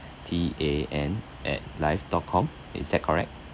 T A N at live dot com is that correct